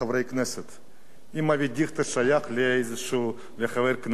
אם אבי דיכטר חבר כנסת, הוא שייך לאיזו סיעה.